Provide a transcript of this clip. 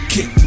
Kick